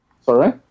Sorry